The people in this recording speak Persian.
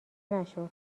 نشد